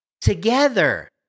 together